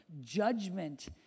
judgment